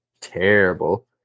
terrible